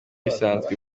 bisanzwe